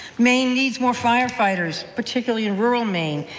maine needs more firefighters, particularly in rural maine,